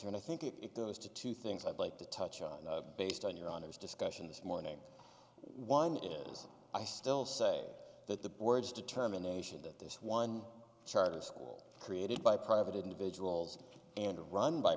here and i think it goes to two things i'd like to touch on based on your honor's discussion this morning one is i still say that the words determination that this one charter school created by private individuals and run by